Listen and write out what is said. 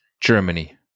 Germany